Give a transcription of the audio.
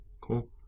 Cool